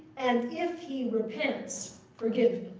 and if he repents, forgive